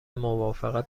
موافقت